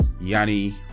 Yanni